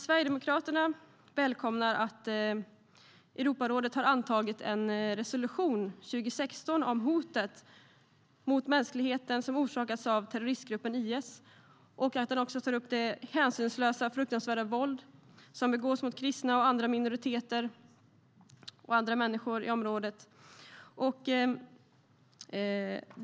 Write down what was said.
Sverigedemokraterna välkomnar att Europarådet antagit resolution 2016 om hotet mot mänskligheten som orsakas av terroristgruppen IS och att den också tar upp det hänsynslösa och fruktansvärda våld som begås mot kristna och andra människor och minoriteter i området.